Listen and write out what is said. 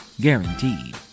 Guaranteed